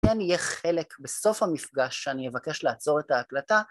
כן יהיה חלק בסוף המפגש שאני אבקש לעצור את ההקלטה